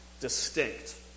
distinct